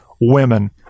women